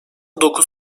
dokuz